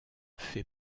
fait